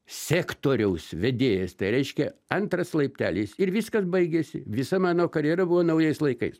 sektoriaus vedėjas tai reiškia antras laipteliais ir viskas baigėsi visa mano karjera buvo naujais laikais